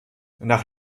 nach